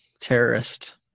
terrorist